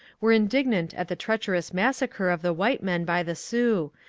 were indignant at the treacherous massacre of the white men by the sioux,